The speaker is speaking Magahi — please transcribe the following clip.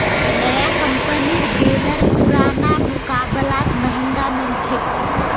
नया कंपनीर बेलर पुरना मुकाबलात महंगा मिल छेक